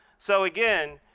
so again,